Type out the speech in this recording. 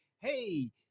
Hey